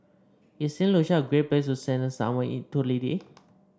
is Saint Lucia a great place to spend the summer